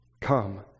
Come